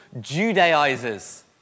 Judaizers